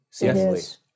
yes